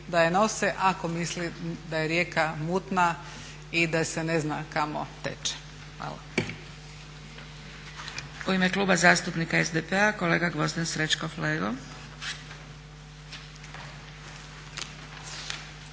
da je nose, ako misli da je rijeka mutna i da se ne zna kamo teče. Hvala.